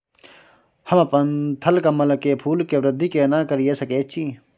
हम अपन थलकमल के फूल के वृद्धि केना करिये सकेत छी?